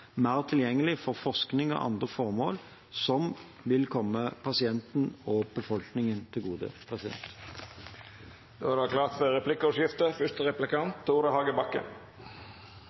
mer tilgjengelig for forskning og andre formål som vil komme pasienten og befolkningen til gode. Det vert replikkordskifte. Norske helseregistre er